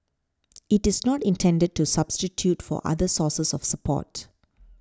it is not intended to substitute for other sources of support